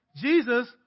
Jesus